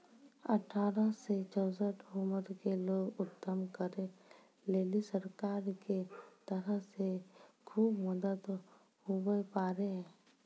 अठारह से चौसठ उमर के लोग उद्यम करै लेली सरकार के तरफ से खुब मदद हुवै पारै